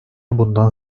bundan